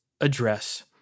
address